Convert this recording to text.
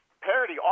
parity